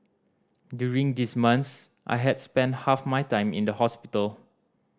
during these months I had spent half my time in the hospital